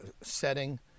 setting